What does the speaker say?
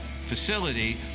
facility